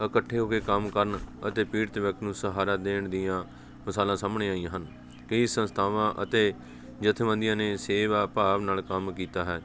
ਇਕੱਠੇ ਹੋ ਕੇ ਕੰਮ ਕਰਨ ਅਤੇ ਪੀੜਤ ਵਿਅਕਤੀ ਨੂੰ ਸਹਾਰਾ ਦੇਣ ਦੀਆਂ ਮਿਸਾਲਾਂ ਸਾਹਮਣੇ ਆਈਆਂ ਹਨ ਕਈ ਸੰਸਥਾਵਾਂ ਅਤੇ ਜਥੇਬੰਦੀਆਂ ਨੇ ਸੇਵਾ ਭਾਵ ਨਾਲ ਕੰਮ ਕੀਤਾ ਹੈ